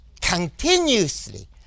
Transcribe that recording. continuously